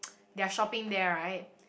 their shopping there right